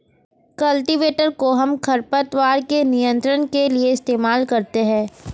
cultivator कोहम खरपतवार के नियंत्रण के लिए इस्तेमाल करते हैं